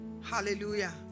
hallelujah